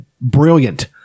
brilliant